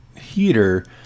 heater